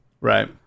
Right